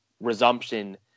resumption